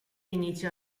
inizio